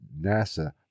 NASA